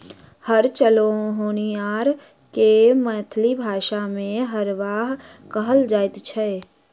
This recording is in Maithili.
हर चलओनिहार के मैथिली भाषा मे हरवाह कहल जाइत छै